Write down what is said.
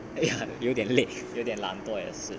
!aiya! 有点累有点懒惰也是